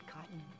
Cotton